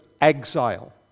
exile